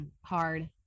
hard